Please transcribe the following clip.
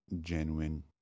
genuine